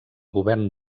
govern